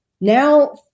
now